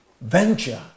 venture